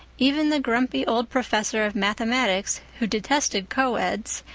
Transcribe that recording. even the grumpy old professor of mathematics, who detested coeds,